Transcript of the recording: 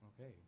Okay